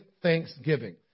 thanksgiving